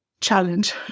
challenge